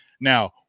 Now